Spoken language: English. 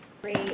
Great